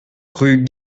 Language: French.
rue